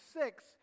six